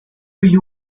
you